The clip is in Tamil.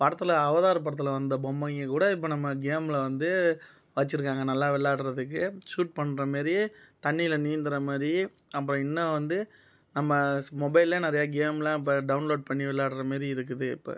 படத்தில் அவதார் படத்தில் வந்த பொம்மைங்கள் கூட இப்போ நம்ம கேம்மில் வந்து வச்சுருக்காங்க நல்லா விளையாடுறதுக்கு சூட் பண்ணற மாரி தண்ணீல நீந்துகிற மாதிரி அப்புறம் இன்னும் வந்து இப்போ நம்ம மொபைலிலேயே நிறைய கேமெலாம் இப்போ டவுன்லோட் பண்ணி விளையாட்ற மாதிரி இருக்குது இப்போ